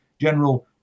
general